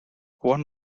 one